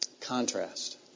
Contrast